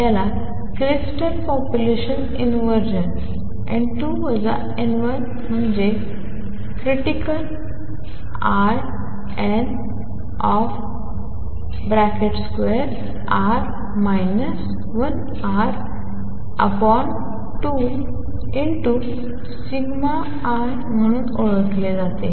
आणि याला critical population inversion म्हणतात क्रिटिकल म्हणजे ln〖√ R〗1 R σl म्हणून ओळखले जाते